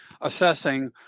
assessing